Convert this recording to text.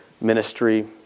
ministry